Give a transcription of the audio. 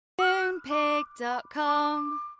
Moonpig.com